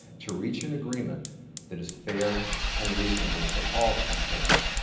to reach an agreement that is fair and reasonable for all concerned.